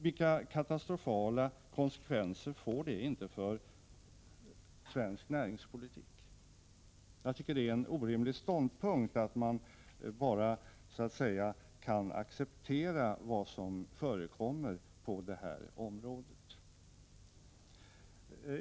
Vilka katastrofala konsekvenser får det inte för svensk näringspolitik? Jag tycker att det är en orimlig ståndpunkt att bara acceptera vad som förekommer på detta område.